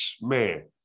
man